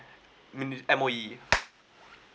mini~ M_O_E